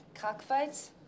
Cockfights